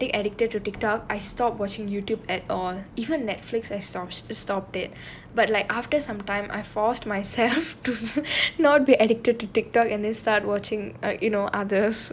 after getting addicted to TikTok I stopped watching youtube at all even Netflix as source stopped it but like after some time I forced myself to not be addicted to TikTok and then start watching like you know others